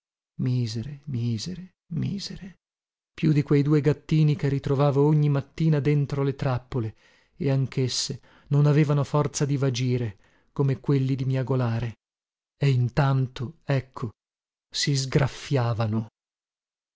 misere misere misere più di quei due gattini che ritrovavo ogni mattina dentro le trappole e anchesse non avevano forza di vagire come quelli di miagolare e intanto ecco si sgraffiavano